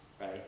right